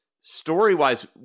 story-wise